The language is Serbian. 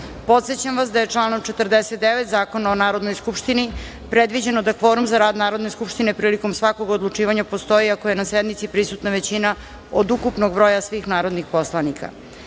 da je članom 49. Zakona o Narodnoj skupštini predviđeno da kvorum za Narodne Skupštine prilikom svakog odlučivanja postoji ako je na sednici prisutna većina od ukupnog broja svih narodnih poslanika. Radi